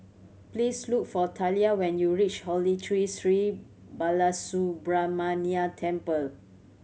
please look for Talia when you reach Holy Tree Sri Balasubramaniar Temple